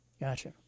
Gotcha